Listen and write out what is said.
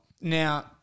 Now